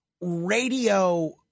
radio